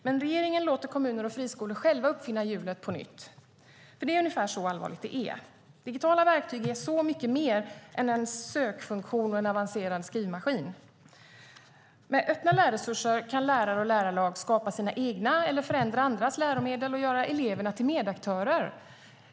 Men regeringen låter kommuner och friskolor själva uppfinna hjulet på nytt. Det är ungefär så allvarligt det är. Digitala verktyg är så mycket mer än en sökfunktion och en avancerad skrivmaskin. Med öppna lärresurser kan lärare och lärarlag skapa sina egna läromedel, eller förändra andras, och dessutom göra eleverna till medaktörer.